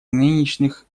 нынешних